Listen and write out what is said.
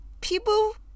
people